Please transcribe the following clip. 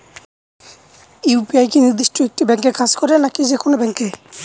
UPI কি নির্দিষ্ট একটি ব্যাংকে কাজ করে নাকি যে কোনো ব্যাংকে?